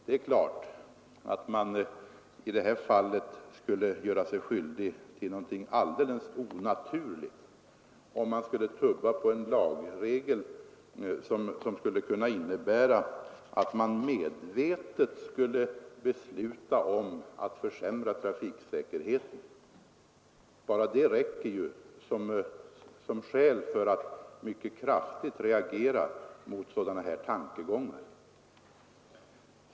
Det är klart att man i detta fall skulle göra sig skyldig till någonting alldeles onaturligt, om man tummade på en lagregel, vilket skulle kunna innebära ett medvetet försämrande av trafiksäkerheten. Enbart detta räcker som skäl för att mycket kraftigt reagera mot sådana tankegångar.